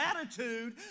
attitude